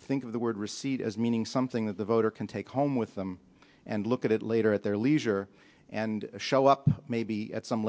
think of the word receipt as meaning something that the voter can take home with them and look at it later at their leisure and show up maybe at some